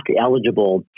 eligible